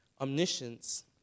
Omniscience